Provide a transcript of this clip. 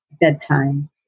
bedtime